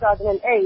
2008